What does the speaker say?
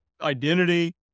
Identity